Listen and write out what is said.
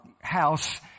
house